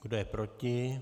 Kdo je proti?